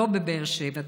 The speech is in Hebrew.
לא בבאר שבע,